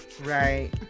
right